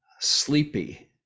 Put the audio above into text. sleepy